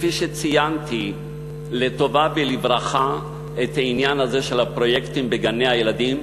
כפי שציינתי לטובה ולברכה את העניין הזה של הפרויקטים בגני-הילדים,